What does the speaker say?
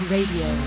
Radio